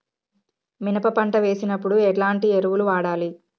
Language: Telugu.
మినప పంట వేసినప్పుడు ఎలాంటి ఎరువులు వాడాలి?